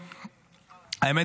האמת,